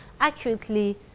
accurately